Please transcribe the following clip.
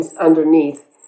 underneath